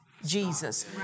Jesus